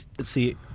see